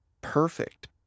Perfect